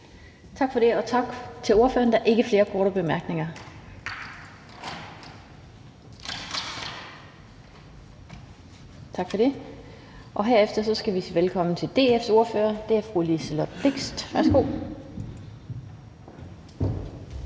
Lind): Tak til ordføreren. Der er ikke flere korte bemærkninger. Herefter skal vi sige velkommen til DF's ordfører, og det er fru Liselott Blixt. Værsgo.